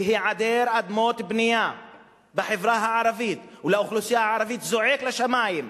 והיעדר אדמות בנייה בחברה הערבית ולאוכלוסייה הערבית זועקים לשמים.